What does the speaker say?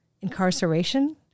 incarceration